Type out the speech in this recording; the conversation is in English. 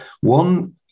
one